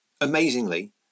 amazingly